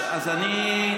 אני,